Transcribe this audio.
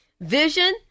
Vision